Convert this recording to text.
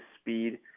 speed